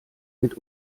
mit